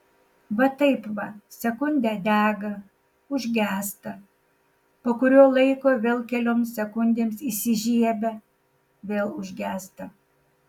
va taip va sekundę dega užgęsta po kurio laiko vėl kelioms sekundėms įsižiebia vėl užgęsta